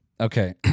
Okay